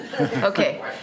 Okay